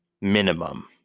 minimum